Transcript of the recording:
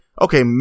okay